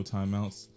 Timeouts